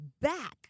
back